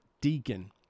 deacon